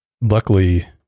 Luckily